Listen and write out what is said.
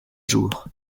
jours